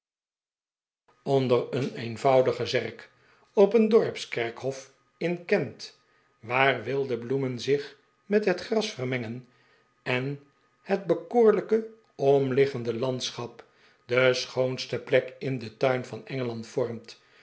onder een eenvoudige zerk op een dorpskerkhof in kent waar wilde bloemen zich met het gras vermengen en h t bekoorlijke omliggende landschap de schoonste plek in den tuin van engeland vormt